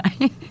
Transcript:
right